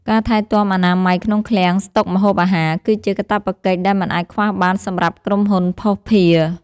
ការថែទាំអនាម័យក្នុងឃ្លាំងស្តុកម្ហូបអាហារ គឺជាកាតព្វកិច្ចដែលមិនអាចខ្វះបានសម្រាប់ក្រុមហ៊ុនភស្តុភារ។